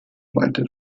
weite